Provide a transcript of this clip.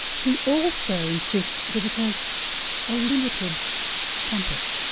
he also insists that it has a limited compass.